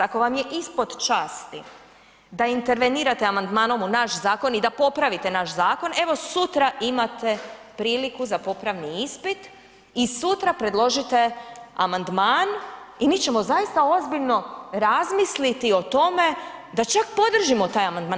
Ako vam je ispod časti da intervenirate amandmanom u naš zakon i da popravite naš zakon evo sutra imate priliku za popravni ispit i sutra predložite amandman i mi ćemo zaista ozbiljno razmisliti o tome da čak podržimo taj amandman.